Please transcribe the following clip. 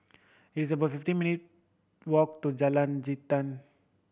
it's about fifteen minute walk to Jalan Jintan